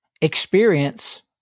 Experience